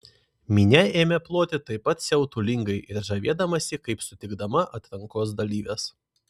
minia ėmė ploti taip pat siautulingai ir žavėdamasi kaip sutikdama atrankos dalyves